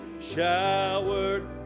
showered